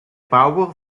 bauer